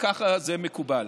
ככה זה מקובל.